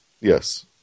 Yes